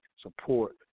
support